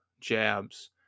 jabs